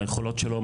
מהיכולות שלו,